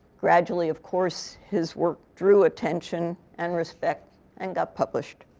gradually, of course, his work drew attention and respect and got published.